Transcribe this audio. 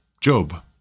Job